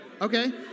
Okay